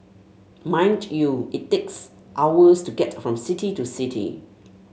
mind you it takes hours to get from city to city